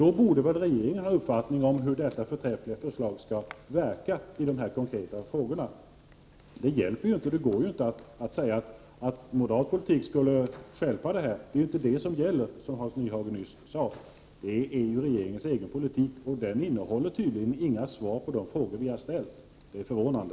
Då borde väl regeringen ha en uppfattning om vilka resultat dessa förträffliga förslag skall ge i de här konkreta frågorna! Det går ju inte att säga att moderat politik skulle ha motverkat de önskemål vi framfört — det är ju inte moderat politik som förts på, det här området, som Hans Nyhage nyss sade; det är ju regeringens egen politik, och den innehåller tydligen inga svar på de frågor vi har ställt. Det är förvånande!